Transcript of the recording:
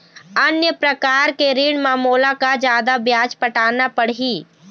अन्य प्रकार के ऋण म मोला का जादा ब्याज पटाना पड़ही?